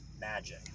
magic